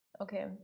Okay